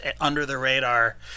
under-the-radar